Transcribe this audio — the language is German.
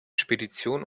spedition